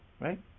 right